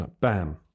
Bam